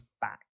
back